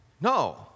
No